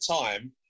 time